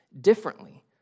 differently